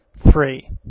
three